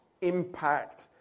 impact